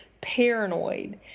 paranoid